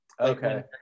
Okay